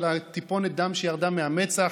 טיפונת דם שירדה מהמצח.